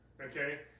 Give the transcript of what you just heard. Okay